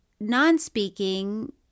non-speaking